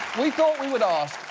we thought we would ask,